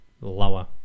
lower